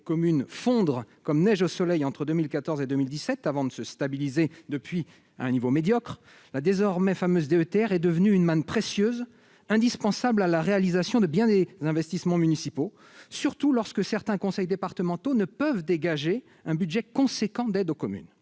des communes fondre comme neige au soleil entre 2014 et 2017, avant de se stabiliser à un niveau médiocre, la désormais fameuse DETR est devenue une manne précieuse, indispensable à la réalisation de bien des investissements municipaux, surtout lorsque certains conseils départementaux ne peuvent dégager un budget important d'aide aux communes.